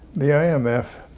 the i m f.